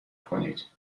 کنید